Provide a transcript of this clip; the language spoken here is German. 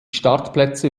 startplätze